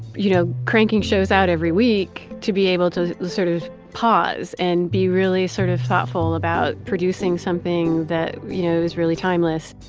you know, cranking shows out every week to be able to sort of pause and be really sort of thoughtful about producing something that, you know, is really timeless